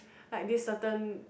like this certain